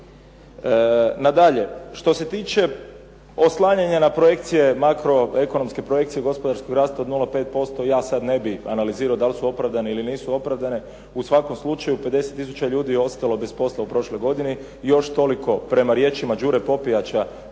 Nadalje, što se tiče oslanjanja na projekcije makroekonomske projekcije gospodarskog rasta od 0,5% ja sad ne bih analizirao da sli su opravdane ili nisu opravdane. U svakom slučaju 50 tisuća ljudi je ostalo bez posla u prošloj godini i još toliko prema riječima Đure Popijača